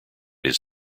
his